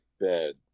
bed